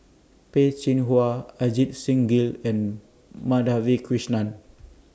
Peh Chin Hua Ajit Singh Gill and Madhavi Krishnan